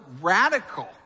radical